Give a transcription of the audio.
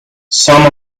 some